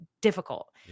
difficult